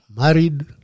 married